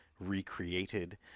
recreated